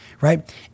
right